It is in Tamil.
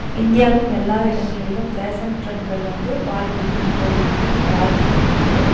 இந்தியாவின் எல்லா இடங்களிலும் ஃபேஷன் டிரெண்ட்கள் வந்து பாலிவுட்டும் டோலிவுட்டும் பாதித்துள்ளது